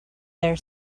their